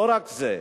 לא רק זה.